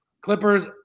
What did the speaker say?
Clippers